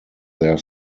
their